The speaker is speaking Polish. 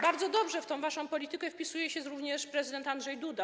Bardzo dobrze w tę waszą politykę wpisuje się również prezydent Andrzej Duda.